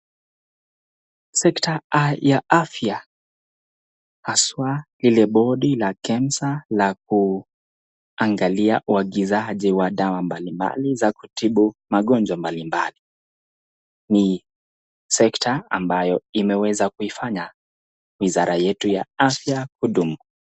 sector ya afya haswa ile bodi la kemsa la kuangalia wagizaji wa dawa mbalimbali za kutibu magonjwa mbalimbali nisector ambayo imeweza kuifanya wizara yetu ya afya kudumu.